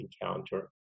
encounter